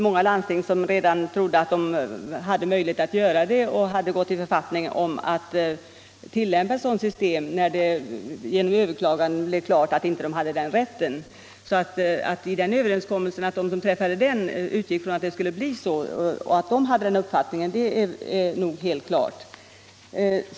Många landsting hade också gått i författning om att tillämpa ett nytt system när det genom överklagandet blev klart att de inte hade den rätten. Att de som träffade överenskommelsen utgick ifrån att det skulle bli en ändring är nog helt klart.